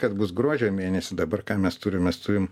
kad bus gruodžio mėnesį dabar ką mes turim mes turim